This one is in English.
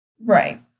Right